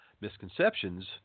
misconceptions